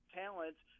talents